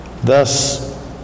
Thus